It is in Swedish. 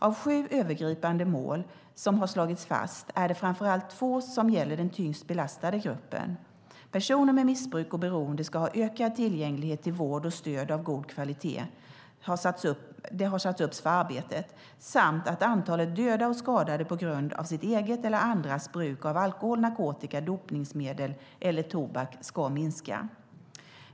Av de sju övergripande mål som har slagits fast är det framför allt två som gäller den tyngst belastade gruppen: Personer med missbruk och beroende ska ha ökad tillgänglighet till vård och stöd av god kvalitet som satts upp för arbetet, och antalet döda och skadade på grund av eget eller andras bruk av alkohol, narkotika, dopningsmedel eller tobak ska minska.